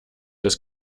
des